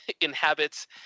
inhabits